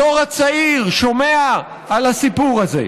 הדור הצעיר שומע על הסיפור הזה.